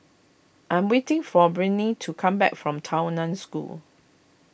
I am waiting for Brittnee to come back from Tao Nan School